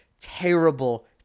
terrible